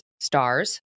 stars